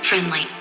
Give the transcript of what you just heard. Friendly